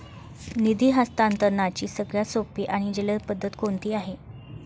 निधी हस्तांतरणाची सगळ्यात सोपी आणि जलद पद्धत कोणती आहे?